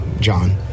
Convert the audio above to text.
John